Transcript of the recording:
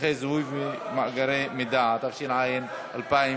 במסמכי זיהוי ובמאגר מידע, התש"ע 2009,